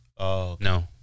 No